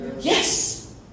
Yes